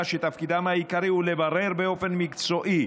תפקידם העיקרי הוא לברר באופן מקצועי,